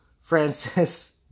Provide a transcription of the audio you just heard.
Francis